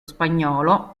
spagnolo